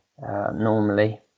normally